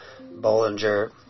Bollinger